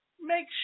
make